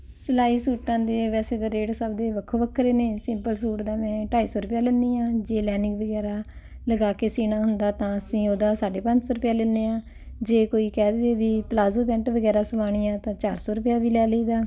ਸਿਲਾਈ ਸੂਟਾਂ ਦੀ ਵੈਸੇ ਤਾਂ ਰੇਟ ਸਭ ਦੇ ਵੱਖੋ ਵੱਖਰੇ ਨੇ ਸਿੰਪਲ ਸੂਟ ਦਾ ਮੈਂ ਢਾਈ ਸੌ ਰੁਪਈਆ ਲੈਂਦੀ ਹਾਂ ਜੇ ਲਾਈਨਿੰਗ ਵਗੈਰਾ ਲਗਾ ਕੇ ਸਿਊਣਾ ਹੁੰਦਾ ਤਾਂ ਅਸੀਂ ਉਹਦਾ ਸਾਢੇ ਪੰਜ ਸੌ ਰੁਪਇਆ ਲੈਂਦੇ ਹਾਂ ਜੇ ਕੋਈ ਕਹਿ ਦਵੇ ਵੀ ਪਲਾਜੋ ਪੈਂਟ ਵਗੈਰਾ ਸਵਾਉਣੀ ਆ ਤਾਂ ਚਾਰ ਸੌ ਰੁਪਈਆ ਵੀ ਲੈ ਲਈਦਾ